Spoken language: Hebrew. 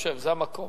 זה המקום.